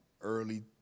early